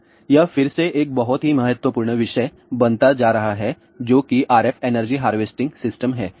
फिर यह फिर से एक बहुत ही महत्वपूर्ण विषय बनता जा रहा है जो कि RF एनर्जी हारवेस्टिंग सिस्टम है